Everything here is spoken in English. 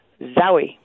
Zowie